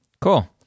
cool